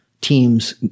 teams